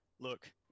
Look